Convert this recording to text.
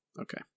Okay